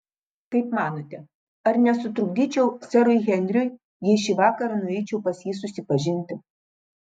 kaip manote ar nesutrukdyčiau serui henriui jei šį vakarą nueičiau pas jį susipažinti